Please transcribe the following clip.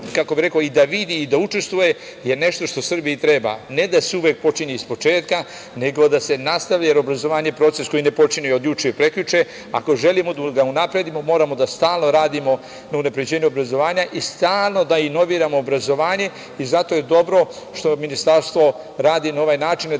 kako bi rekao, i da vidi i da učestvuje, je nešto što Srbiji treba, ne da se uvek počinje iz početka nego da se nastavi, jer je obrazovanje proces koji ne počinje od juče i prekjuče. Ako želimo da ga unapredimo, moramo da stalno radimo na unapređenju obrazovanja i stalno da inoviramo obrazovanje i zato je dobro što Ministarstvo radi na ovaj način,